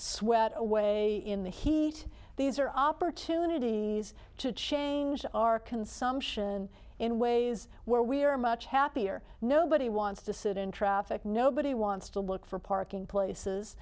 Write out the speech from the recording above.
sweat away in the heat these are opportunities to change our consumption in ways where we are much happier nobody wants to sit in traffic nobody wants to look for parking places